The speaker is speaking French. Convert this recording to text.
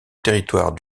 territoire